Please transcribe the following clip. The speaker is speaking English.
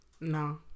No